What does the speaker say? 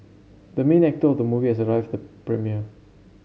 the main actor of the movie has arrived at the premiere